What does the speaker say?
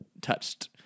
touched